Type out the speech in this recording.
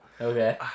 okay